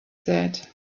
said